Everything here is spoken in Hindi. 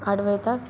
आठ बजे तक